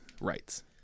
rights